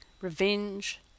revenge